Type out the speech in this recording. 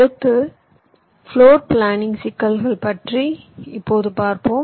அடுத்து floor planning சிக்கல்கள் பற்றி இப்போது பார்ப்போம்